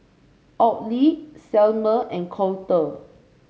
Audley Selmer and Colter